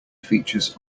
features